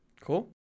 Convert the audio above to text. Cool